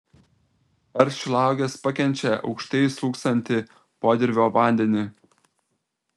ar šilauogės pakenčia aukštai slūgsantį podirvio vandenį